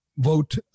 vote